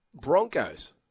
Broncos